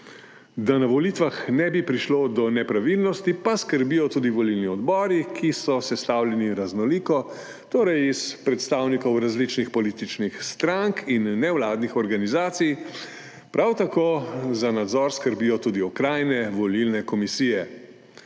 da na volitvah ne bi prišlo do nepravilnosti, pa skrbijo tudi volilni odbori, ki so sestavljeni raznoliko, torej iz predstavnikov različnih političnih strank in nevladnih organizacij. Prav tako za nadzor skrbijo tudi okrajne volilne komisije.